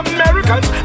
Americans